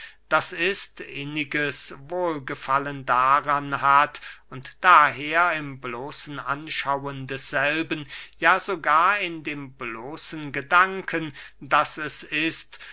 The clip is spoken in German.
d i inniges wohlgefallen daran hat und daher im bloßen anschauen desselben ja sogar in dem bloßen gedanken daß es ist